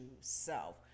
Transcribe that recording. self